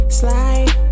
slide